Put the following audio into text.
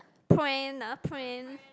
prank lah prank